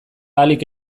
ahalik